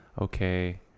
okay